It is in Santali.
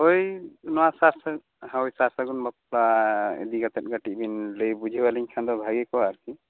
ᱦᱳᱭ ᱱᱚᱶᱟ ᱥᱟᱨ ᱥᱟᱹᱜᱩ ᱦᱳᱭ ᱥᱟᱨ ᱥᱟᱹᱜᱩᱱ ᱵᱟᱯᱞᱟ ᱤᱫᱤ ᱠᱟᱛᱮᱫ ᱠᱟᱹᱴᱤᱡ ᱵᱤᱱ ᱞᱟᱹᱭ ᱵᱩᱡᱷᱟᱹᱣ ᱟᱹᱞᱤᱧ ᱠᱷᱟᱱ ᱫᱚ ᱵᱷᱟᱹᱜᱮ ᱠᱚᱜᱼᱟ ᱟᱨᱠᱤ